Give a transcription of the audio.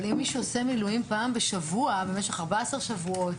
אבל אם מישהו עושה מילואים פעם בשבוע במשך 14 שבועות